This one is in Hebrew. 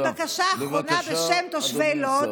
ובקשה אחרונה בשם תושבי לוד.